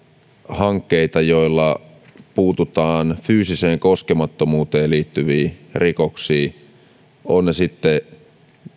hankkeita joilla puututaan fyysiseen koskemattomuuteen liittyviin rikoksiin ovat ne sitten